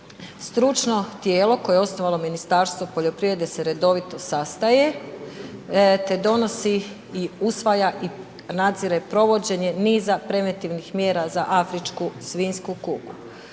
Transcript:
Stručno tijelo koje je osnovalo Ministarstvo poljoprivrede se redovito sastaje te donosi i usvaja i nadzire provođenje niza preventivnih mjera za afričku svinjsku kugu.